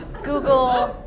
google,